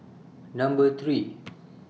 Number three